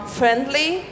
friendly